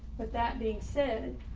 but that being said,